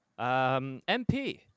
mp